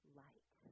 light